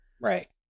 Right